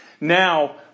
Now